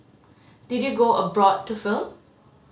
did you go abroad to film